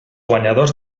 guanyadors